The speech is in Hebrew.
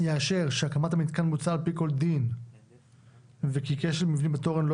יאשר שהקמת המתקן בוצעה על פי כל דין וכי כשל מבני בתורן לא